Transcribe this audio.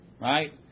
Right